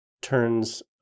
turns